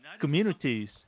Communities